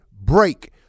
break